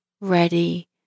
ready